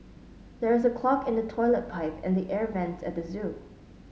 there is a clog in the toilet pipe and the air vents at the zoo